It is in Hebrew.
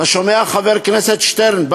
אתה שומע, חבר הכנסת שטרן?